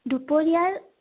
দুপৰীয়াৰ